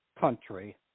country